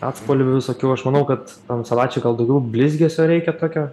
atspalvių visokių aš manau kad tam salačiui gal daugiau blizgesio reikia tokio